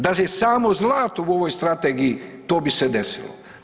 Da je samo zlato u ovoj Strategiji, to bi se desilo.